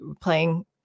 playing